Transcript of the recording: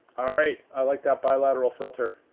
alright i like that bilateral filter.